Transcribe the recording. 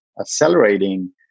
accelerating